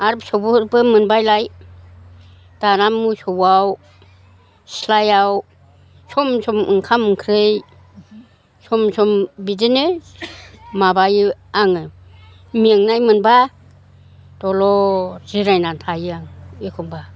आरो फिसौबो मोनबायलाय दाना मोसौआव सिलायाव सम सम ओंखाम ओंख्रि सम सम बिदिनो माबायो आङो मेंनाय मोनबा दलद जिरायनानै थायो आं एखम्बा